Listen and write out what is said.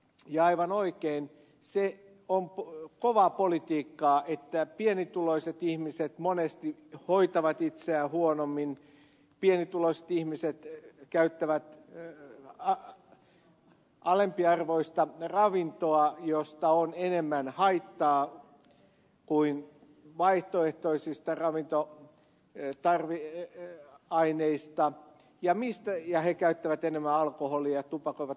ja aivan oikein se on kovaa politiikkaa että pienituloiset ihmiset monesti hoitavat itseään huonommin pienituloiset ihmiset käyttävät alempiarvoista ravintoa josta on enemmän haittaa kuin vaihtoehtoisista ravinto että lietteen aineista ja ravintoaineista ja he käyttävät enemmän alkoholia tupakoivat useammin